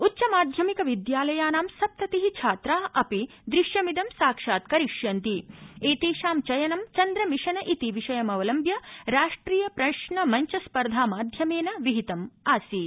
उच्च माध्यमिक विद्यालयानां सप्तति छात्रा अपि दृश्यमिदं साक्षात्करिष्यन्ति एतेषां चयनं चन्द्र मिशन इति विषयमवलम्ब्य राष्ट्रिय प्रश्न मंच स्पर्धा माध्यमेन विहितमासीत्